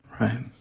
right